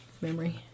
memory